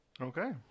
Okay